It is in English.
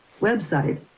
website